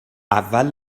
اول